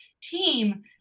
team